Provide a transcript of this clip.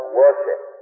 worship